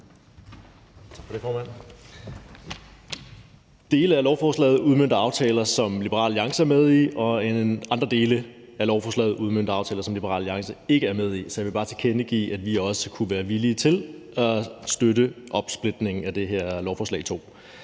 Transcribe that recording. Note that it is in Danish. Dele af lovforslaget udmønter aftaler, som Liberal Alliance er med i, og andre dele af lovforslaget udmønter aftaler, som Liberal Alliance ikke er med i. Så jeg vil bare tilkendegive, at vi også kunne være villige til at støtte opsplitningen af det her lovforslag i